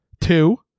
two